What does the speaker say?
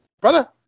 brother